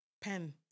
Pen